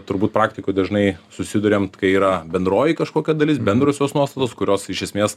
turbūt praktikoj dažnai susiduriam kai yra bendroji kažkokia dalis bendrosios nuostatos kurios iš esmės